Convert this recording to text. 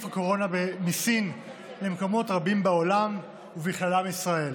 הקורונה מסין למקומות רבים בעולם ובכללם ישראל.